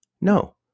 No